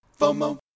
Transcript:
FOMO